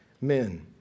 men